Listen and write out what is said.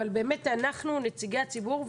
אבל באמת אנחנו נציגי הציבור,